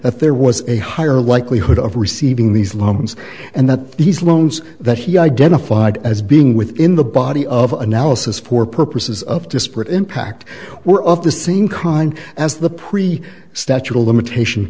that there was a higher likelihood of receiving these loans and that these loans that he identified as being within the body of analysis for purposes of disparate impact were of the same kind as the pre statute of limitation